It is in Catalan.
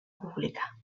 pública